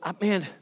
man